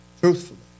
truthfully